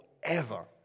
forever